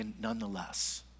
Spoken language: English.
nonetheless